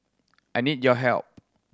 I need your help